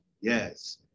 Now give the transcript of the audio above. Yes